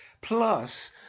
plus